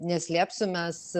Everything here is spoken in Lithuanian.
neslėpsiu mes